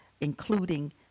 including